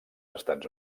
estats